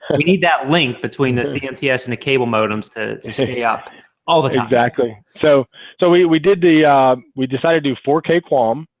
and we need that link between the cncs and the cable modems to stay up all exactly so so we we did the we decided to fork a qualm.